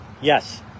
Yes